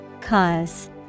Cause